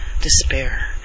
despair